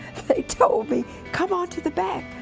told me come on to the back,